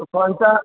तो कौनसा